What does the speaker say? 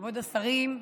כבוד השרים,